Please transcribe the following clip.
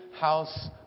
House